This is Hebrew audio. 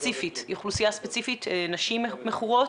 לאוכלוסיית נשים מכורות,